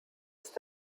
ist